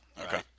okay